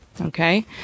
Okay